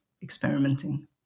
experimenting